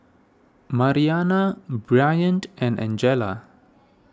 Mariana Bryant and Angella